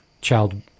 child